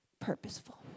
purposeful